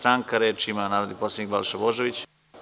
Reč ima narodni poslanik Balša Božović.